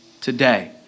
today